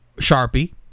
Sharpie